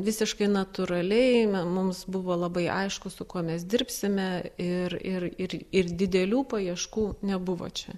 visiškai natūraliai mums buvo labai aišku su kuo mes dirbsime ir ir ir ir didelių paieškų nebuvo čia